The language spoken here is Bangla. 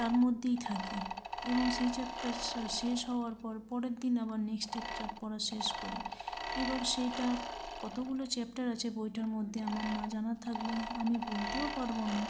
তার মধ্যেই থাকি এবং সেই চ্যাপ্টারটা শেষ হওয়ার পর পরের দিন আবার নেক্সট চ্যাপ্টার পড়া শেষ করি এবার সেটা কতগুলো চ্যাপ্টার আছে বইটার মধ্যে আমার না জানা থাকলে আমি বলতেও পারব না